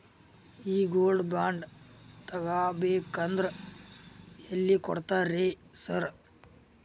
ಈ gold bond ತಗಾಬೇಕಂದ್ರ ಎಲ್ಲಿ ಕೊಡ್ತಾರ ರೇ ಸಾರ್?